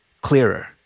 clearer